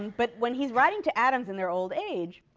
but when he's writing to adams in their old age,